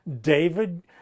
David